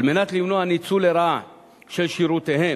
על מנת למנוע ניצול לרעה של שירותיהם